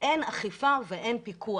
אין אכיפה ואין פיקוח.